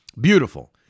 Beautiful